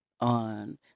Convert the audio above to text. on